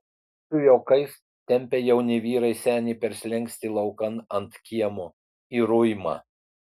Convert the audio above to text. su juokais tempia jauni vyrai senį per slenkstį laukan ant kiemo į ruimą